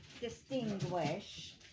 distinguish